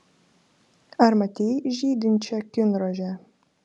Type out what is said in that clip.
ar matei žydinčią kinrožę